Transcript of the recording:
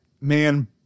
man